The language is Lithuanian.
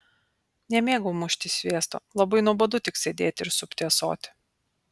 nemėgau mušti sviesto labai nuobodu tik sėdėti ir supti ąsotį